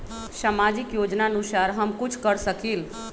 सामाजिक योजनानुसार हम कुछ कर सकील?